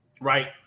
right